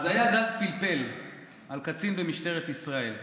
אז היה גז פלפל על קצין במשטרת ישראל,